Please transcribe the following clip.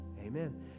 Amen